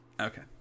Okay